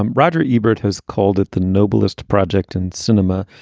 um roger ebert has called it the noblest project in cinema.